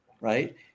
right